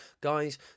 Guys